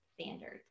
standards